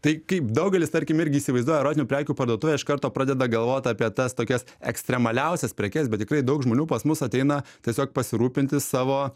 tai kaip daugelis tarkim irgi įsivaizduoja erotinių prekių parduotuvę iš karto pradeda galvot apie tas tokias ekstremaliausias prekes bet tikrai daug žmonių pas mus ateina tiesiog pasirūpinti savo